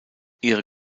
ihre